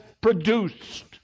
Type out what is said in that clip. produced